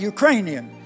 Ukrainian